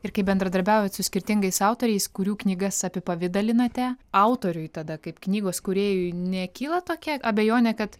ir kai bendradarbiaujat su skirtingais autoriais kurių knygas apipavidalinate autoriui tada kaip knygos kūrėjui nekyla tokia abejonė kad